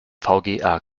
vga